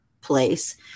place